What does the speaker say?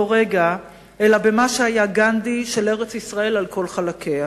רגע אלא במה שהיה גנדי של ארץ-ישראל על כל חלקיה,